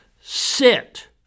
sit